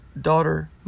daughter